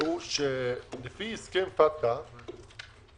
לפי הסכם פטקא